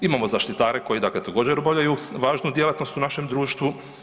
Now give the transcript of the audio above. Imamo zaštitare koji dakle također obavljaju važnu djelatnost u našem društvu.